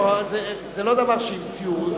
לא, זה לא דבר שהמציאו.